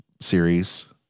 series